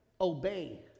obey